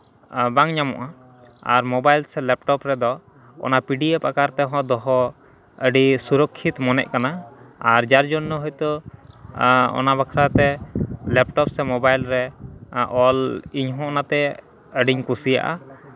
ᱵᱟᱝ ᱧᱟᱢᱚᱜᱼᱟ ᱟᱨ ᱢᱳᱵᱟᱭᱤᱞ ᱥᱮ ᱞᱮᱯᱴᱚᱯ ᱨᱮᱫᱚ ᱚᱱᱟ ᱯᱤ ᱰᱤ ᱮᱯᱷ ᱟᱠᱟᱨ ᱛᱮᱦᱚᱸ ᱫᱚᱦᱚ ᱟᱹᱰᱤ ᱥᱩᱨᱚᱠᱠᱷᱤᱛ ᱢᱚᱱᱮᱜ ᱠᱟᱱᱟ ᱟᱨ ᱡᱟᱨ ᱡᱚᱱᱱᱚ ᱦᱚᱭᱛᱳ ᱚᱱᱟ ᱵᱟᱠᱷᱨᱟ ᱛᱮ ᱞᱮᱯᱴᱚᱯ ᱥᱮ ᱢᱳᱵᱟᱭᱤᱞ ᱨᱮ ᱚᱞ ᱤᱧ ᱦᱚᱸ ᱚᱱᱟᱛᱮ ᱟᱹᱰᱤᱧ ᱠᱩᱥᱤᱭᱟᱜᱼᱟ